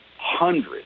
hundreds